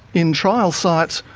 in trial sites,